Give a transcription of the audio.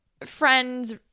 friends